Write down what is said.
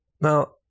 now